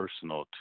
personal